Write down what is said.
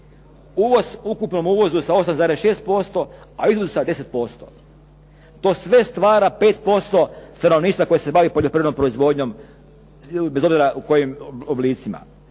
ukupnom uvozu sa 8,6%, a izvozu sa 10%. To sve stvara 5% stanovništva koje se bavi poljoprivrednom proizvodnjom, bez obzira u kojim oblicima.